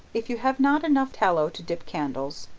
if you have not enough tallow to dip candles,